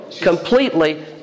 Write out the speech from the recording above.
completely